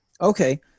Okay